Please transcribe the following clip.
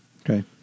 Okay